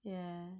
yeah